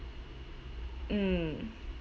mm